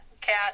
cat